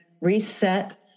reset